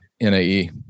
NAE